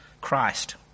Christ